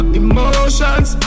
emotions